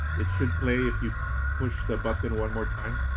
it should play if you push the button one more time.